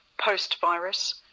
post-virus